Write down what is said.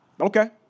Okay